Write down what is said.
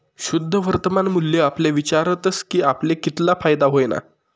शुद्ध वर्तमान मूल्य आपले विचारस की आपले कितला फायदा व्हयना